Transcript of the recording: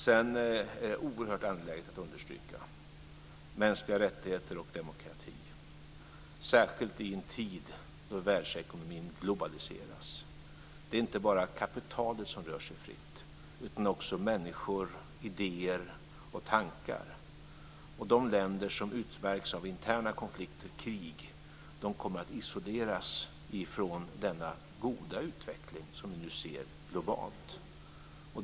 Sedan är det oerhört angeläget att understryka mänskliga rättigheter och demokrati, särskilt i en tid då världsekonomin globaliseras. Det är inte bara kapitalet som rör sig fritt utan också människor, idéer och tankar. De länder som utmärks av interna konflikter, krig, kommer att isoleras från denna goda utveckling som vi nu ser globalt.